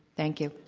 thank you.